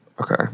Okay